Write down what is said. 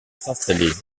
s’installer